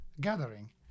gathering